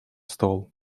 стол